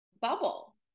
bubble